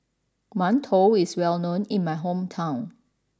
Mantou is well known in my hometown